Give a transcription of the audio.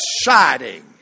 exciting